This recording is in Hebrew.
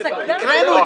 אגב, הקראנו את זה פעם.